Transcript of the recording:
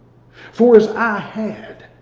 for as i had.